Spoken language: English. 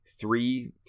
three